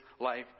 life